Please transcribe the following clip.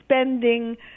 spending